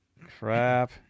Crap